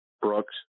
Brooks